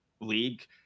league